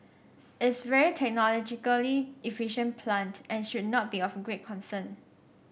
it's a very technologically efficient plant and should not be of great concern